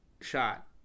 shot